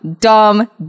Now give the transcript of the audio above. dumb